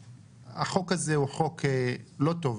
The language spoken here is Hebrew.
החוק הזה הוא חוק לא טוב,